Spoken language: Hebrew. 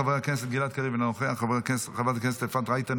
חבר הכנסת גלעד קריב,